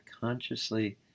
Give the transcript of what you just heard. consciously